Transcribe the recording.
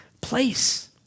place